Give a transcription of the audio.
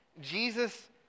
Jesus